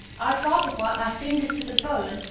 i would rather work my fingers to the bone,